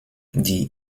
die